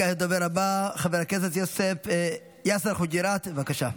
כעת הדובר הבא, חבר הכנסת יאסר חוג'יראת, בבקשה.